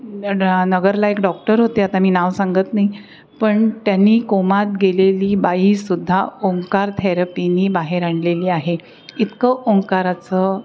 डा नगरलायक डॉक्टर होते आता मी नाव सांगत नाही पण त्यांनी कोमात गेलेली बाई सुद्धा ओंकार थेरपीने बाहेर आणलेली आहे इतकं ओंकाराचं